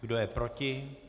Kdo je proti?